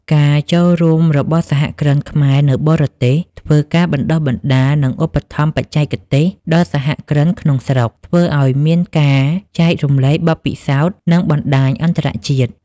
ការចូលរួមរបស់សហគ្រិនខ្មែរនៅបរទេស ធ្វើការបណ្តុះបណ្តាលនិងឧបត្ថម្ភបច្ចេកទេសដល់សហគ្រិនក្នុងស្រុក ធ្វើឱ្យមានការចែករំលែកបទពិសោធន៍ និងបណ្ដាញអន្តរជាតិ។